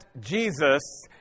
Jesus